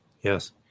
Yes